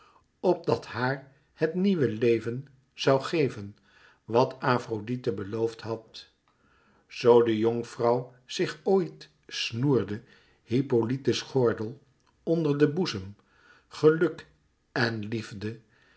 opdat haar het nieuwe leven zoû geven wat afrodite beloofd had zoo de jonkvrouw zich ooit snoerde hippolyte's gordel onder den boezem geluk en liefde